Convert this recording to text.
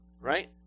right